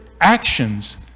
actions